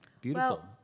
Beautiful